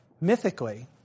mythically